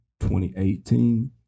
2018